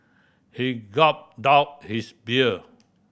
he gulped down his beer